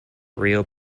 rio